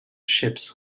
ships